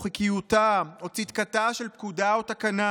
או חוקיותה או צדקתה של פקודה או תקנה